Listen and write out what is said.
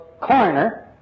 corner